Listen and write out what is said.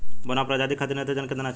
बौना प्रजाति खातिर नेत्रजन केतना चाही?